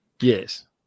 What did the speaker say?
Yes